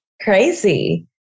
crazy